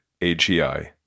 AGI